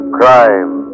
crime